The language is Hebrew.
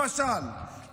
למשל,